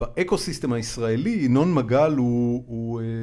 באקו-סיסטם הישראלי ינון מגל הוא, הוא